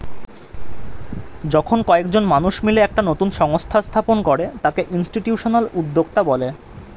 যখন কয়েকজন মানুষ মিলে একটা নতুন সংস্থা স্থাপন করে তাকে ইনস্টিটিউশনাল উদ্যোক্তা বলে